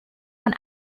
man